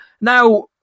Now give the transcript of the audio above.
now